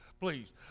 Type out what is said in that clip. please